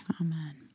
Amen